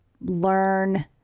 learn